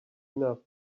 enough